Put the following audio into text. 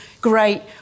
great